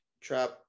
trap